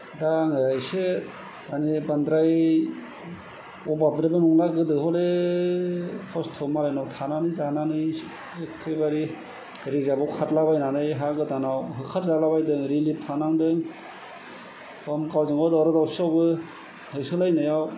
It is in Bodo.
दा आङो इसे माने बांद्राय अभाबद्रायबो नंला गोदो हले खस्त' मालायनाव थानानै जानानै गोथैबारि रिजार्ब आव खारलाबायनानै हा गोदानाव होखारजालाबायदों रिलिफ थानांदों गावजों गाव दावराव दावसियावबो होसोलायनायाव